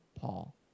Paul